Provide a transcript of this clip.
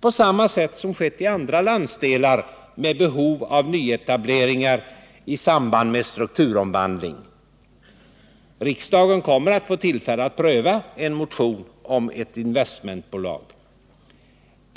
på samma sett som skett i andra landsdelar med behov av nyetableringar i samband med strukturomvandlingen. Riksdagen kommer att få tillfälle att få pröva en motion om ett investmentbolag.